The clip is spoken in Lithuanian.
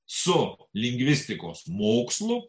su lingvistikos mokslu